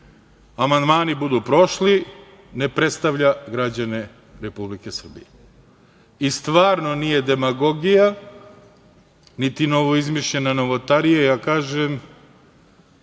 amandmani budu prošli ne predstavlja građane Republike Srbije. I stvarno nije demagogija, niti novoizmišljena novotarija, ja kažem